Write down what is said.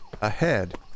Ahead